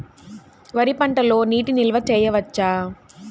వరి పంటలో నీటి నిల్వ చేయవచ్చా?